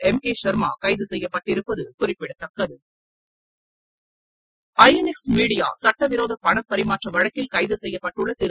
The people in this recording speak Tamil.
எம் கே ஷர்மா கைது செய்யப்பட்டிருப்பது குறிப்பிடத்தக்கது ஐ என் எக்ஸ் மீடியா சுட்டவிரோத பணப்பரிமாற்ற வழக்கில் கைது செய்யப்பட்டுள்ள திரு